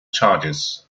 charges